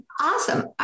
Awesome